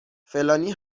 فلانی